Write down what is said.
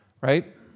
right